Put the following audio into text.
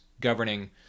governing